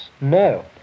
no